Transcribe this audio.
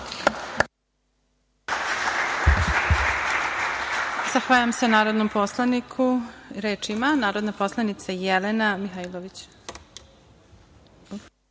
Zahvaljujem se narodnom poslaniku. Reč ima narodna poslanica Jelena Mihailović. Izvolite.